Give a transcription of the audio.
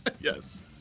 Yes